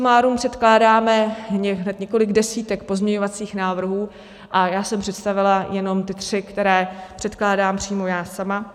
Suma sumárum předkládáme hned několik desítek pozměňovacích návrhů a já jsem představila jenom ty tři, které předkládám přímo já sama.